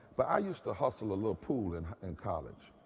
but i useed to hustle a little pool in and college.